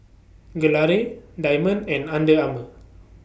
Gelare Diamond and Under Armour